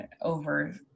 over